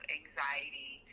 anxiety